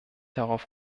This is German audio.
darauf